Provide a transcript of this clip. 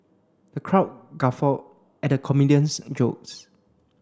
the crowd guffawed at the comedian's jokes